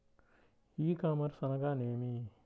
ఈ కామర్స్ అనగా నేమి?